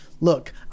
Look